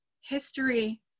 history